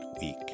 week